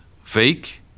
fake